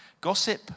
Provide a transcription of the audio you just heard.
Gossip